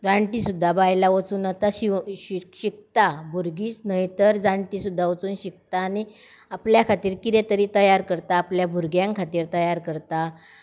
जाणटी सुद्दां बायलां वचून आतां शिव शि शिकता भुरगींच न्हय तर जाण्टी सुद्दां वचून शिकता आनी आपल्या खातीर कितें तरी तयार करता आपल्या भुरग्यां खातीर तयार करता